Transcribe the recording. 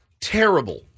terrible